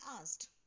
asked